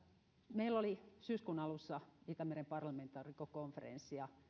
meillä oli syyskuun alussa itämeren parlamentaarikkokonferenssi